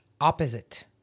opposite